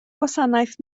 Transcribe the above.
gwasanaeth